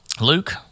Luke